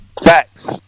Facts